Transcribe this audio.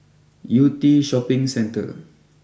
Yew Tee Shopping Centre